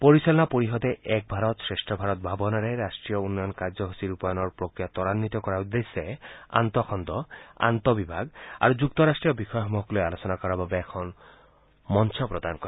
পৰিচালনা পৰিষদে এক ভাৰত শ্ৰেষ্ঠ ভাৰত ভাৱনাৰে ৰাষ্টীয় উন্নয়ন কাৰ্যসূচী ৰূপায়ণৰ প্ৰক্ৰিয়া ত্বান্নিত কৰাৰ উদ্দেশ্যে আন্তঃখণ্ড আন্তঃবিভাগ আৰু যুক্তৰাষ্ট্ৰীয় বিষয়সমূহক লৈ আলোচনা কৰাৰ বাবে এখন মঞ্চ প্ৰদান কৰে